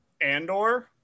Andor